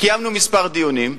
קיימנו כמה דיונים,